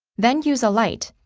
then use a light,